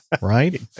Right